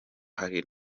hari